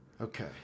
Okay